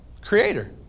Creator